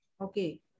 Okay